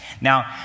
Now